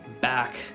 back